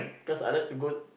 cause I like to go